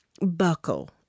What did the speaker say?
buckle